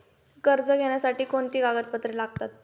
कर्ज घेण्यासाठी कोणती कागदपत्रे लागतात?